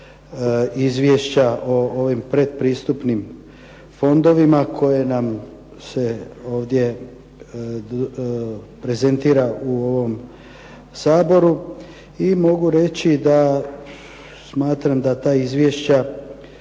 izvješća o ovim pretpristupnim fondovima koje nam se ovdje prezentira u ovom Saboru. I mogu reći da smatram da ta izvješća